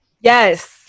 Yes